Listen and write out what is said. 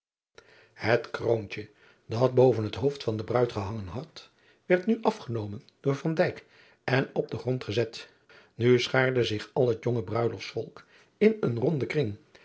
et kroontje dat boven het hoofd van de ruid gehangen had werd nu afgenomen door en op den grond gezet u schaarde zich al het jonge ruiloftsvolk in een ronden kring